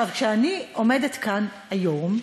עכשיו, כשאני עומדת כאן היום,